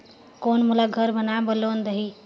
कौन मोला घर बनाय बार लोन देही?